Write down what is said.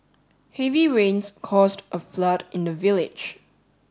heavy rains caused a flood in the village